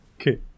okay